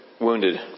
wounded